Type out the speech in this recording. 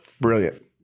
Brilliant